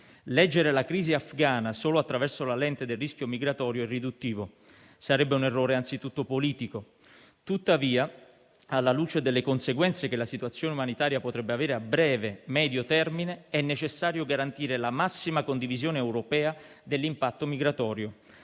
Leggere la crisi afghana solo attraverso la lente del rischio migratorio è riduttivo e sarebbe un errore anzitutto politico; tuttavia, alla luce delle conseguenze che la situazione umanitaria potrebbe avere a breve e medio termine, è necessario garantire la massima condivisione europea dell'impatto migratorio.